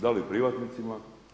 Da li privatnicima?